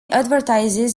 advertises